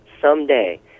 someday